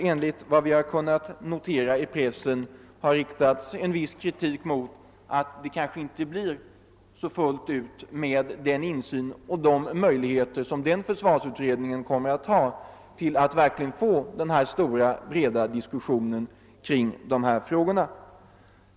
Enligt vad vi har kunnat läsa i pressen har det ju riktats viss kritik mot att det inte blir så helt med insynen och möjligheterna för försvarsutredningen att skapa en stor och bred diskussion kring sådana frågor.